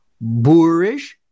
boorish